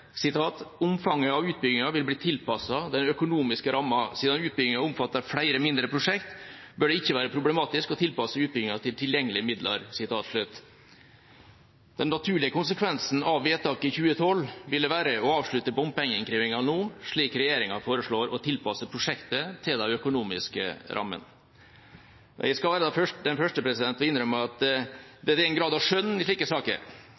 av utbygginga vil bli tilpassa den økonomiske ramma. Sidan utbygginga omfattar fleire mindre prosjekt, bør det ikkje vere problematisk å tilpassa utbygginga til tilgjengelege midlar.» Den naturlige konsekvensen av vedtaket i 2012 ville være å avslutte bompengeinnkrevinga nå, slik regjeringa foreslår, og tilpasse prosjektet til den økonomiske rammen. Jeg skal være den første til å innrømme at det er en grad av skjønn i slike saker,